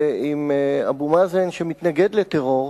ועם אבו מאזן שמתנגד לטרור,